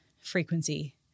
frequency